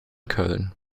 köln